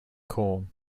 corn